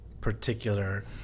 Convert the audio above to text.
particular